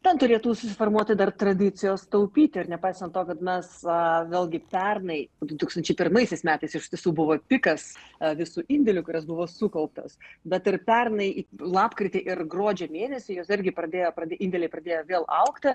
ten turėtų susiformuoti dar tradicijos taupyti ir nepaisant to kad mes vėlgi pernai du tūkstančiai pirmaisiais metais iš tiesų buvo pikas visų indėlių kurios buvo sukauptos bet ir pernai lapkritį ir gruodžio mėnesį jos irgi pradėjo indėliai pradėjo vėl augti